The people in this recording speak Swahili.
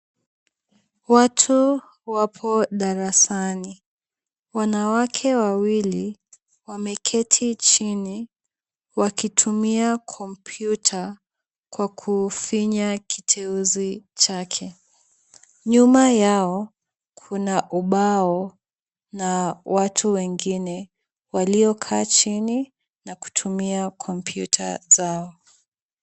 Watu wapo darasani. Wanawake wawili wameketi chini wakitumia kompyuta kwa kufinya kiteuzi chake. Nyuma yao kuna ubao na watu wengine waliokaa chini na kutumia kompyuta zao.